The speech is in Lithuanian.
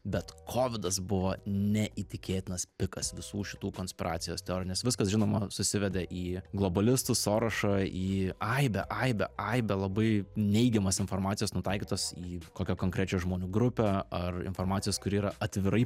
bet kovidas buvo neįtikėtinas pikas visų šitų konspiracijos teorijų nes viskas žinoma susiveda į globalistus sorošą į aibę aibę aibę labai neigiamos informacijos nutaikytos į kokią konkrečią žmonių grupę ar informacijos kuri yra atvirai